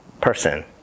person